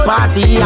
Party